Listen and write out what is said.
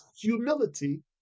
humility